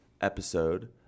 episode